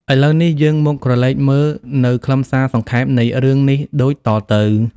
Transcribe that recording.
ឥឡូវនេះយើងមកក្រឡេកមើលនៅខ្លឹមសារសង្ខេមនៃរឿងនេះដូចតទៅ ។